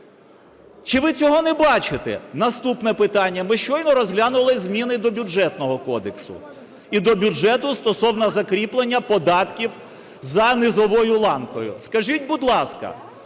Чи ви цього не бачите? Наступне питання. Ми щойно розглянули зміни до Бюджетного кодексу і до бюджету стосовно закріплення податків за низовою ланкою. Скажіть, будь ласка,